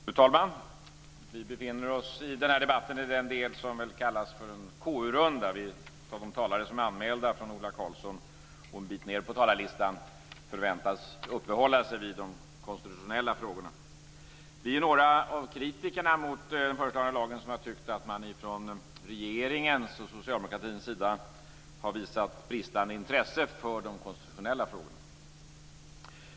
Fru talman! Vi befinner oss i den del av debatten som kan kallas för en KU-runda. De talare som är anmälda från Ola Karlsson och en bit ned på talarlistan förväntas uppehålla sig vid de konstitutionella frågorna. Vi som är kritiker av den föreslagna lagen har tyckt att man från regeringens och socialdemokratins sida har visat bristande intresse för de konstitutionella frågorna.